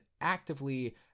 actively